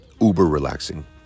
uber-relaxing